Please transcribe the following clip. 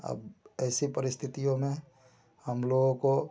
अब ऐसी परिस्थितियों में हम लोगों को